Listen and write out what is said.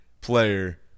player